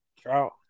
Trout